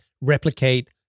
replicate